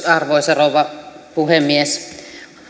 arvoisa rouva puhemies